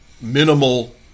minimal